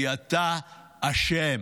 כי אתה אשם.